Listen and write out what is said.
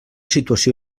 situació